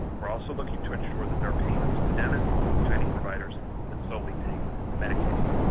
we're also looking to ensure that their payments to dentists and to any providers that solely take medicaid.